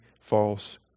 false